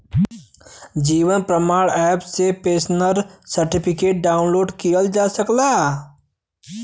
जीवन Pramaan app से pensioner certificate download किहल जा सकला